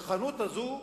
הכוחנות הזו,